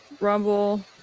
rumble